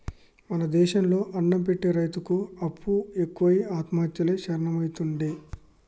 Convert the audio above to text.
మన దేశం లో అన్నం పెట్టె రైతుకు అప్పులు ఎక్కువై ఆత్మహత్యలే శరణ్యమైతాండే